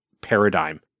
paradigm